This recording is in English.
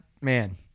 man